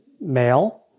male